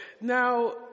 Now